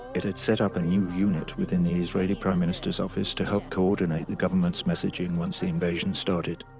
it had set up a new unit within the israeli prime ministeris office to help coordinate the governmentis messaging once the invasion started.